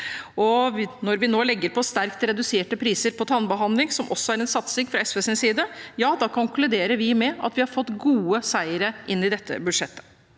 Når vi nå legger på sterkt reduserte priser på tannbehandling, som også er en satsing fra SVs side, konkluderer vi med at vi har fått gode seire inn i dette budsjettet.